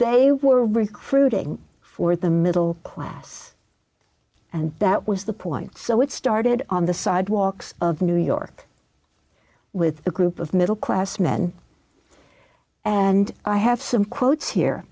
they were recruiting for the middle class and that was the point so it started on the sidewalks of new york with a group of middle class men and i have some quotes here